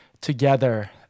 together